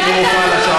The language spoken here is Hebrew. לא הופעל השעון,